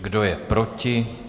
Kdo je proti?